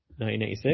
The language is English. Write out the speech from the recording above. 1986